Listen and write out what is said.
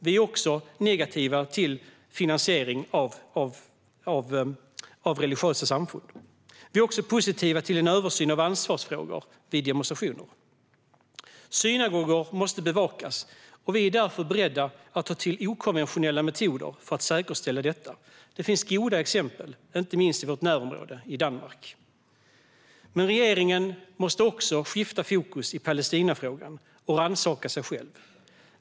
Vi är negativa till finansiering av religiösa samfund, och vi är positiva till en översyn av ansvarsfrågor vid demonstrationer. Synagogor måste bevakas, och vi är därför beredda att ta till okonventionella metoder för att säkerställa detta. Det finns goda exempel i vårt närområde, inte minst i Danmark. Men regeringen måste också skifta fokus i Palestinafrågan och rannsaka sig själv.